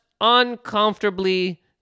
uncomfortably